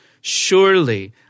surely